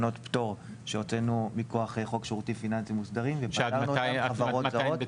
פטור שהוצאנו מכוח חוק שירותים פיננסים מוסדרים --- שעד מתי הם בתוקף?